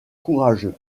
courageux